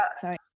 sorry